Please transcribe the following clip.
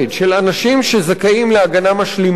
של אנשים שזכאים להגנה משלימה: